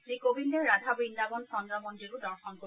শ্ৰীকোবিন্দে ৰাধা বন্দাবন চন্দ্ৰ মন্দিৰো দৰ্শন কৰিব